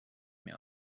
mir